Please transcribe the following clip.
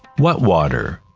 what water?